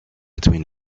between